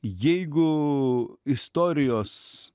jeigu istorijos